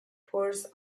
pores